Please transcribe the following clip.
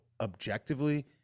objectively